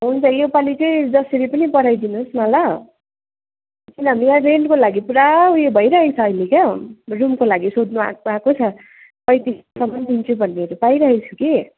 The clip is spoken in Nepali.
हुन्छ यो पालि चाहिँ जसरी पनि बढाइदिनुहोस् न ल यहाँ रेन्टको लागि पुरा ऊ यो भइरहेको छ अहिले के हो रुमको लागि सोध्नु आएको आएकै छ पैँतिस सयसम्मन् दिन्छु भन्नेहरू पाइरहेको छु कि